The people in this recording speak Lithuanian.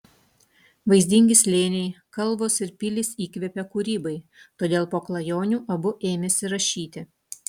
vaizdingi slėniai kalvos ir pilys įkvepia kūrybai todėl po klajonių abu ėmėsi rašyti